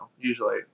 usually